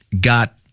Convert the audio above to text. got